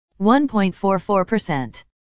1.44%